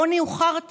העוני הוא חרטא.